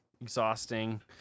exhausting